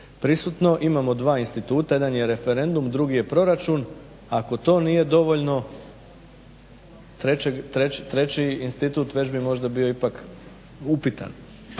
prisutno, imamo dva instituta, jedan je referendum, drugi je proračun, ako to nije dovoljno treći institut već bi možda bio ipak upitan.